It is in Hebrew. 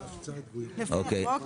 אוקיי.